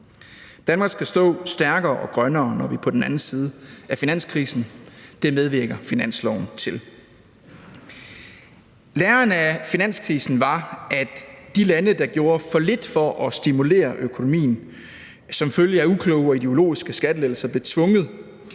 Danmark skal stå stærkere og grønnere, når vi er på den anden side af krisen. Det medvirker finansloven til. Læren af finanskrisen var, at de lande, der gjorde for lidt for at stimulere økonomien, eller som følge af ukloge og ideologiske skattelettelser blev tvunget